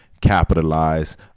capitalize